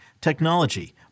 technology